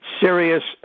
serious